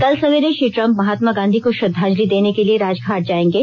कल सवेरे श्री ट्रम्प महात्मा गांधी को श्रद्वांजलि देने के लिए राजघाट जाएंगे